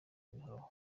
ibirohwa